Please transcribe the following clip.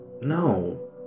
No